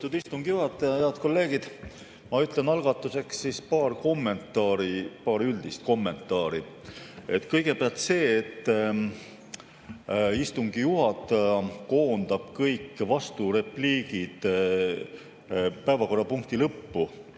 Ma ütlen algatuseks paar üldist kommentaari. Kõigepealt see, et istungi juhataja koondab kõik vasturepliigid päevakorrapunkti lõppu,